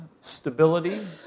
stability